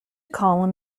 column